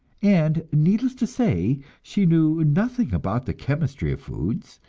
and, needless to say, she knew nothing about the chemistry of foods,